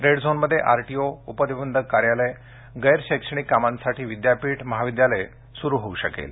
रेडझोनमध्ये RTO उपनिबंधक कार्यालय गैरशैक्षणिक कामासाठी विद्यापीठ महाविद्यालय सुरू होऊ शकेल